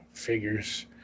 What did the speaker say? figures